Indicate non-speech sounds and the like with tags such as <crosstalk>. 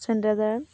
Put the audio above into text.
<unintelligible>